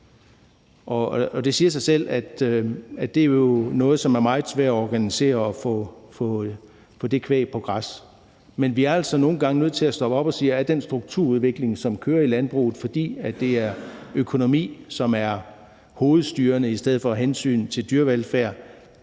Og det siger sig selv, at det jo er noget, som er meget svært at organisere, altså at få det kvæg på græs. Men vi er altså nogle gange nødt til at stoppe op og spørge: Er den strukturudvikling, som kører i landbruget, fordi det er økonomi, som er hovedstyrende i stedet for hensynet til dyrevelfærd,